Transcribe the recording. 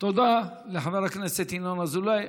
תודה לחבר הכנסת ינון אזולאי.